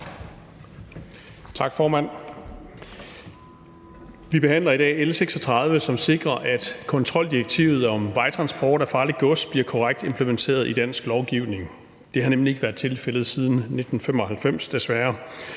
Vi behandler i dag L 36, som sikrer, at kontroldirektivet om vejtransport af farligt gods bliver korrekt implementeret i dansk lovgivning. Det har nemlig ikke været tilfældet siden 1995, desværre.